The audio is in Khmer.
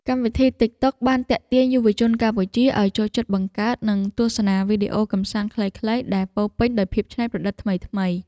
កម្មវិធីតិកតុក បានទាក់ទាញយុវវ័យកម្ពុជាឱ្យចូលចិត្តបង្កើត និងទស្សនាវីដេអូកម្សាន្តខ្លីៗដែលពោរពេញដោយភាពច្នៃប្រឌិតថ្មីៗ។